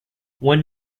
one